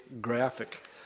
graphic